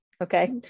okay